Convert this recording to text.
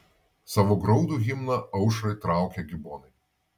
savo graudų himną aušrai traukia gibonai